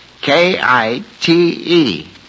K-I-T-E